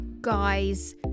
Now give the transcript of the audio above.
Guys